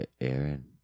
Aaron